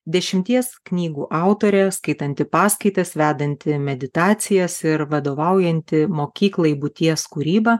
dešimties knygų autorė skaitanti paskaitas vedanti meditacijas ir vadovaujanti mokyklai būties kūryba